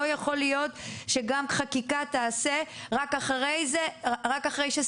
לא יכול להיות שגם חקיקה תיעשה רק אחרי שסיימתם.